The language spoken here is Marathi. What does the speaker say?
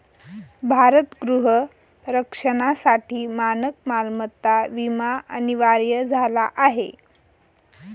भारत गृह रक्षणासाठी मानक मालमत्ता विमा अनिवार्य झाला आहे